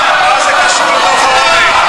מה זה קשור לדוח העוני?